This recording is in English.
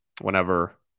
whenever